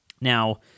Now